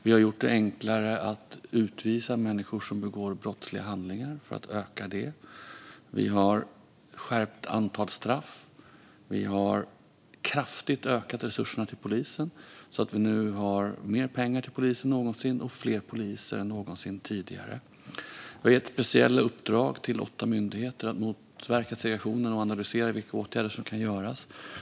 Vi har gjort det enklare att utvisa människor som begår brottsliga handlingar. Det behöver öka. Vi har skärpt ett antal straff. Vi har kraftigt ökat resurserna till polisen så att polisen nu har mer pengar än någonsin, och vi har fler poliser än någonsin tidigare. Vi har också gett åtta myndigheter speciella uppdrag när det gäller att motverka segregationen och analysera vilka åtgärder som kan vidtas.